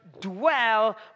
dwell